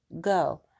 go